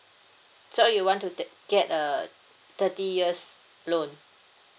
so you want to take get a thirty years loan